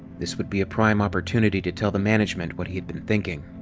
this would be a prime opportunity to tell the management what he had been thinking.